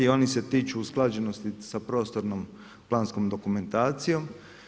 Oni se tiču usklađenosti sa prostorno-planskom dokumentacijom.